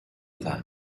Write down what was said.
that